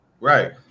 right